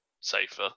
safer